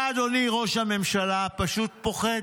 אתה, אדוני ראש הממשלה, פשוט פוחד,